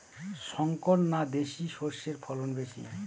শংকর না দেশি সরষের ফলন বেশী?